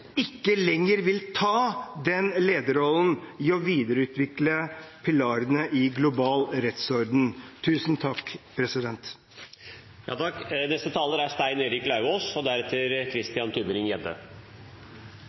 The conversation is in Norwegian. ikke lenger vil ta lederrollen i å videreutvikle pilarene i en global rettsorden.